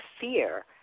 fear